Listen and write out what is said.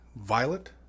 Violet